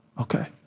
Okay